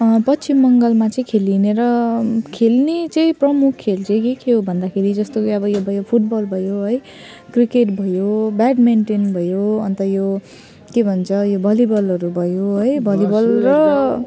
पश्चिम बङ्गालमा चाहिँ खेलिने र खेल्ने चाहिँ प्रमुख खेल चाहिँ के के हो भन्दाखेरि जस्तो कि अब यो भयो फुटबल भयो है क्रिकेट भयो ब्याडमिन्टन भयो अन्त यो के भन्छ यो भलिबलहरू भयो है भलिबल र